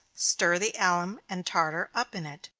stir the alum and tartar up in it,